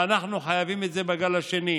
ואנחנו חייבים את זה בגל השני.